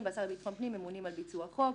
וגם השר לביטחון פנים ממונים על ביצוע החוק,